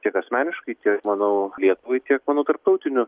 tiek asmeniškai tiek manau lietuvai tiek manau tarptautiniu